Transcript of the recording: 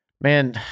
man